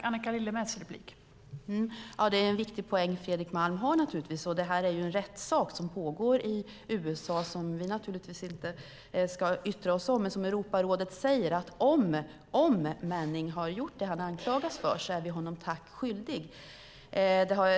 Fru talman! Det är naturligtvis en viktig poäng Fredrik Malm har. Detta är en rättssak som pågår i USA och som vi givetvis inte ska yttra oss om. Men Europarådet säger att om Manning har gjort det han anklagas för är vi honom tack skyldig.